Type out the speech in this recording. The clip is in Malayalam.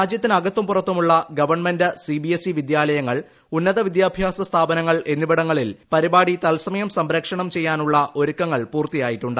രാജ്യത്തിന് അകത്തും പുറത്തുമുള്ള government C B S E വിദ്യാലയങ്ങൾ ഉന്നത വിദ്യാഭ്യാസ സ്ഥാപനങ്ങൾ എന്നിവിടങ്ങളിൽ പരിപാടി തൽസമയം സംപ്രേക്ഷണം ചെയ്യാനുള്ള ഒരുക്കങ്ങൾ പൂർത്തിയായിട്ടുണ്ട്